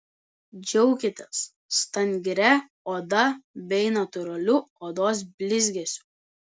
džiaukitės stangria oda bei natūraliu odos blizgesiu